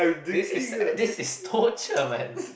this is this is torture man